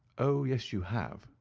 oh yes, you have,